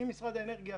אם משרד האנרגיה,